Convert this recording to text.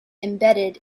embedded